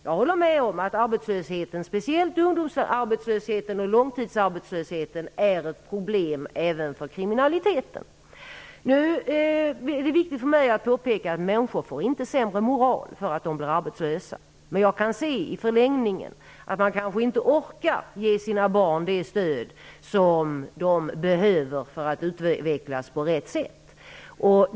Jag håller ändå med om att arbetslösheten, speciellt ungdomsarbetslösheten och långtidsarbetslösheten, är ett problem som också påverkar kriminaliteten. Det är viktigt för mig att påpeka att människor inte får sämre moral därför att de blir arbetslösa, men jag kan förstå att människor i denna situation i förlängningen kanske inte orkar ge sina barn det stöd som de behöver för att utvecklas på rätt sätt.